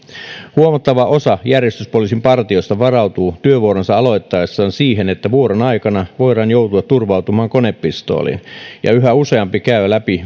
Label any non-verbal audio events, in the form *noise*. huomattava osa järjestyspoliisin partioista varautuu työvuoronsa aloittaessaan siihen että vuoron aikana voidaan joutua turvautumaan konepistooliin ja yhä useampi käy läpi *unintelligible*